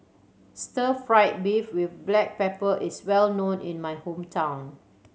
stir fried beef with black pepper is well known in my hometown